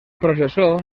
processó